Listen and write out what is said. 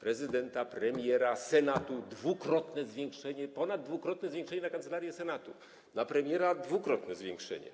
prezydenta, premiera, Senatu - dwukrotne zwiększenie, ponaddwukrotne zwiększenie na Kancelarię Senatu, na premiera dwukrotne zwiększenie.